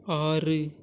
ஆறு